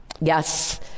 Yes